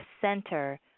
center